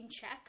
check